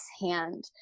hand